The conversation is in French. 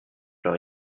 leur